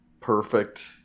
perfect